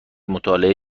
مطالعه